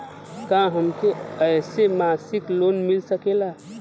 का हमके ऐसे मासिक लोन मिल सकेला?